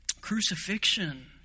Crucifixion